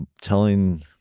telling